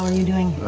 um you doing?